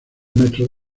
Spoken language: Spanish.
metros